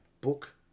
book